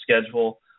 schedule